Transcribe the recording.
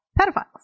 pedophiles